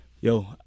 yo